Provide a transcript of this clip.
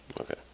Okay